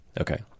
Okay